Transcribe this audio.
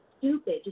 stupid